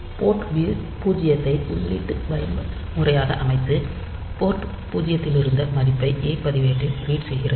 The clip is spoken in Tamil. போர்ட் பூஜ்ஜியத்தை உள்ளீட்டு பயன்முறையாக அமைத்து போர்ட் பூஜ்ஜியத்திலிருந்த மதிப்பை ஏ பதிவேட்டில் ரீட் செய்கிறது